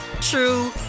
true